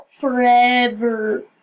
forever